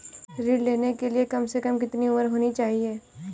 ऋण लेने के लिए कम से कम कितनी उम्र होनी चाहिए?